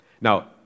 Now